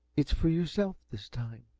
it's for yourself this time.